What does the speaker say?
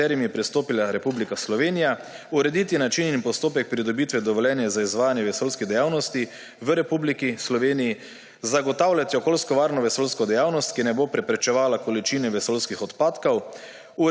katerimi je pristopila Republika Slovenija, urediti način in postopek pridobitve dovoljenja za izvajanje vesoljske dejavnosti v Republiki Sloveniji, zagotavljati okoljsko varno vesoljsko dejavnost, ki ne bo povečevala količine vesoljskih odpadkov,